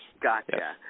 Gotcha